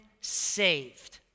saved